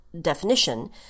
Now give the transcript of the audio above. definition